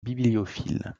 bibliophiles